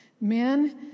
Men